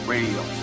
Radio